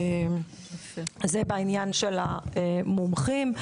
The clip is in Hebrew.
זה בעניין של המומחים.